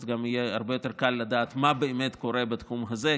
אז גם יהיה הרבה יותר קל לדעת מה באמת קורה בתחום הזה,